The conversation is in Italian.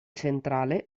centrale